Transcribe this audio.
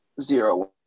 zero